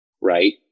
right